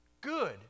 Good